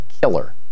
killer